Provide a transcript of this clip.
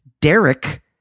Derek